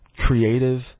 creative